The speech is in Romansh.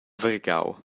vargau